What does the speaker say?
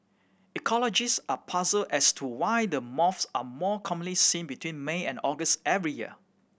ecologists are puzzled as to why the moths are more commonly seen between May and August every year